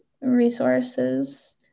resources